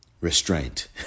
restraint